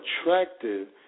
attractive